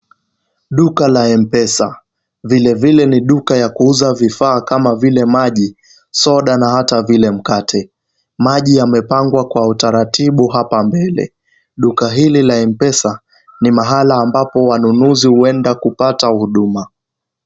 Duka ya M-Pesa , vile vile ni duka ya kuuza vifaa kama vile maji, soda na hata vile mkate. Maji yamepangwa kwa utaratibu hapa mbele. Duka hili la M-Pesa ni mahala ambapo wanunuzi huenda kupata huduma.